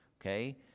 Okay